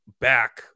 back